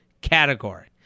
category